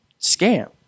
scam